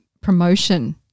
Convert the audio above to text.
promotion